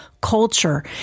culture